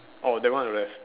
orh that one I have